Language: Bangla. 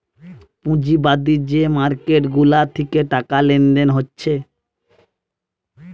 পুঁজিবাদী যে মার্কেট গুলা থিকে টাকা লেনদেন হচ্ছে